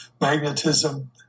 magnetism